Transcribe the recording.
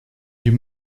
you